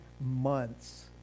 months